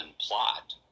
plot